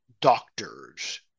doctors